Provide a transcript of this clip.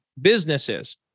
businesses